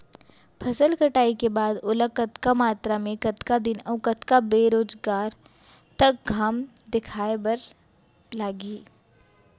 फसल कटाई के बाद ओला कतका मात्रा मे, कतका दिन अऊ कतका बेरोजगार तक घाम दिखाए बर लागही?